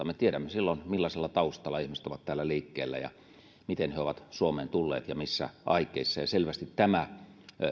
me tiedämme silloin millaisella taustalla ihmiset ovat täällä liikkeellä ja miten he ovat suomeen tulleet ja missä aikeissa selvästi tämä